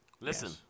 Listen